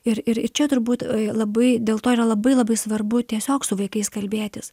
ir ir čia turbūt labai dėl to yra labai labai svarbu tiesiog su vaikais kalbėtis